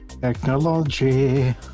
Technology